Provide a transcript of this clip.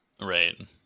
Right